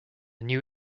new